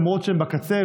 למרות שהם בקצה,